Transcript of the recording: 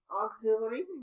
Auxiliary